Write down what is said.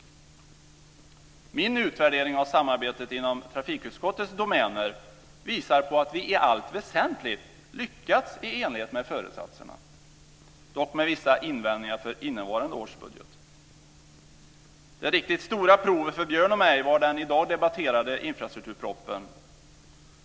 Min utvärdering av samarbetet inom trafikutskottets domäner visar att vi i allt väsentligt lyckats i enlighet med föresatserna, dock med vissa invändningar för innevarande års budget. Det riktigt stora provet för Björn Rosengren och mig var den i dag debatterade infrastrukturproppen.